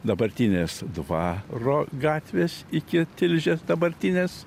dabartinės dvaro gatvės iki tilžės dabartinės